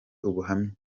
ubuhamya